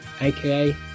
aka